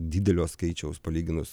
didelio skaičiaus palyginus